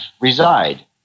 reside